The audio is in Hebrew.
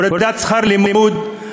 הורדת שכר לימוד,